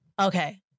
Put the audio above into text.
Okay